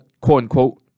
quote-unquote